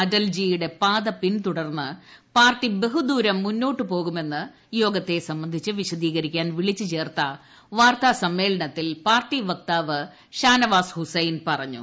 അടൽജിയുടെ പാത പിന്തുടർന്ന് പാർട്ടി ബഹുദൂരം മുന്നോട്ട് പോകുമെന്ന് യോഗത്തെ സംബന്ധിച്ച് വിശദീകരിക്കാൻ വിളിച്ചു ചേർത്ത വാർത്താ സമ്മേളനത്തിൽ പാർട്ടി വക്താവ് ഷാനവാസ് ഹുസൈൻ പറഞ്ഞു